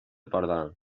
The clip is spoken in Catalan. pardal